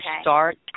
start